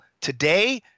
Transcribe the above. Today